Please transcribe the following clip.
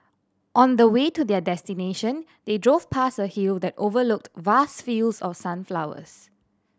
on the way to their destination they drove past a hill that overlooked vast fields of sunflowers